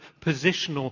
positional